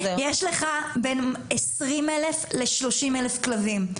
יש לך בין 20 אלף ל-30 אלף כלבים.